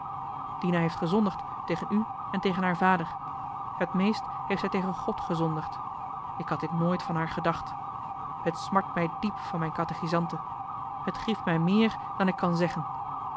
dina heeft gezondigd tegen u en tegen haar vader het meest heeft zij tegen god gezondigd ik had dit nooit van haar gedacht het smart mij diep van mijn katechisante het grieft mij meer dan ik kan zeggen